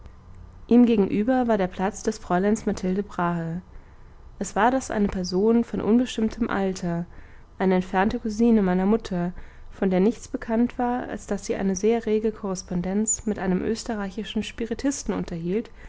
ihm gegenüber war der platz des fräuleins mathilde brahe es war das eine person von unbestimmtem alter eine entfernte cousine meiner mutter von der nichts bekannt war als daß sie eine sehr rege korrespondenz mit einem österreichischen spiritisten unterhielt